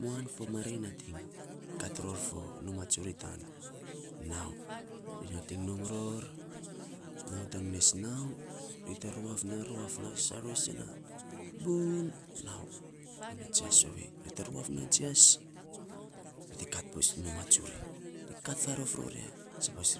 Muan fo marei nating kat ror fo numa truri tan nau. Ri nating nom ror nau tan mes nau, ri te ruaf na ruaf sainy ror isen a burny nau unya jias ovei. Ri te ruaf na jias ri te kat bus numa tsuri. Ri ka farof ror ya an sapos